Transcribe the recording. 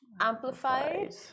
amplified